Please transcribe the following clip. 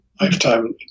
lifetime